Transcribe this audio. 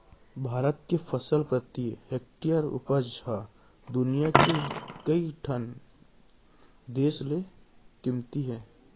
भारत के फसल प्रति हेक्टेयर उपज ह दुनियां के कइ ठन देस ले कमती हे